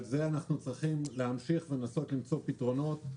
לזה אנחנו צריכים להמשיך לנסות למצוא פתרונות,